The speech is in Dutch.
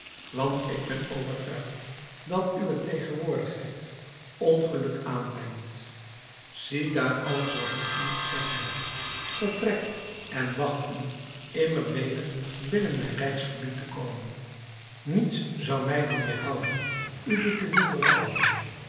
want ik ben overtuigd dat uwe tegenwoordigheid ongeluk aanbrengt ziedaar alles wat ik u te zeggen heb vertrek en wacht u immer weder binnen mijn rijksgebied te komen niets zou mij dan weêrhouden u dit te doen berouwen